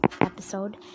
episode